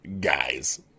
Guys